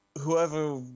whoever